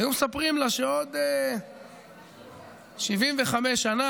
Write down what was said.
היו מספרים: בעוד 75 שנה,